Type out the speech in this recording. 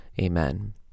Amen